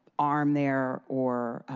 arm there or